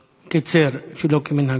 קיצר, שלא כמנהגו.